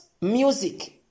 music